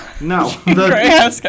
No